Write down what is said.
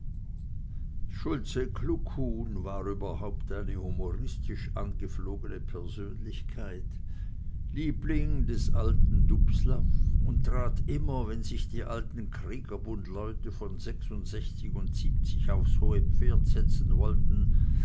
schulze kluckhuhn war überhaupt eine humoristisch angeflogene persönlichkeit liebling des alten dubslav und trat immer wenn sich die alten kriegerbundleute von sechsundsechzig und siebzig aufs hohe pferd setzen wollten